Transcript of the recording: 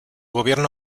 gobierno